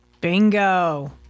bingo